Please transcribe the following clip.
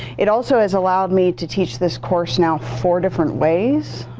it also has allowed me to teach this course now four different ways.